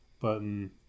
button